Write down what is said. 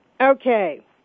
Okay